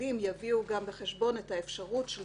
שהנהלים יביאו בחשבון את האפשרות של